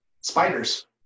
spiders